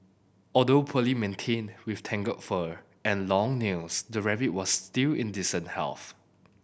although poorly maintained with tangled fur and long nails the rabbit was still in decent health